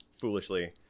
foolishly